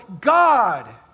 God